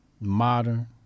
Modern